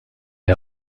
les